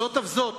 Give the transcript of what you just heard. זאת אף זאת.